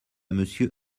monsieur